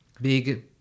big